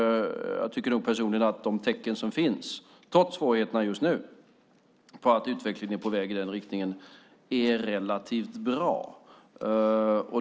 Jag tycker personligen att de tecken som, trots svårigheterna just nu, finns på att utvecklingen är på väg i den riktningen är relativt bra.